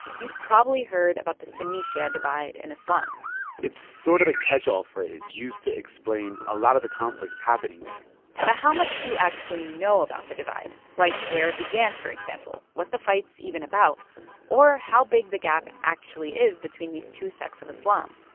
you've probably heard about the sunni-shia divide in islam it's sort of a catch-all phrase used to explain a lot of the conflicts happening there but how much do you actually know about the divide like where it began, for example, what the fight's even about or how big the gap actually is between these two sects of islam?